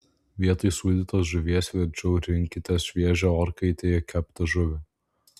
vietoj sūdytos žuvies verčiau rinkitės šviežią orkaitėje keptą žuvį